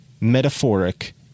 metaphoric